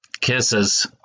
Kisses